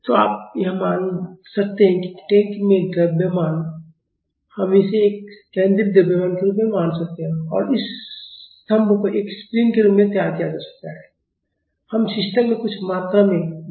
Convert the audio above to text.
तो आप यह मान सकते हैं कि टैंक में द्रव्यमान हम इसे एक केंद्रित द्रव्यमान के रूप में मान सकते हैं और स्तंभों को एक स्प्रिंग के रूप में तैयार किया जा सकता है हम सिस्टम में कुछ मात्रा में डैम्पिंग भी मान सकते हैं